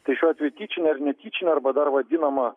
tai šiuo atveju tyčinė ar netyčinė arba dar vadinama